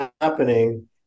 happening